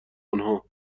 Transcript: آنها